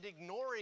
ignoring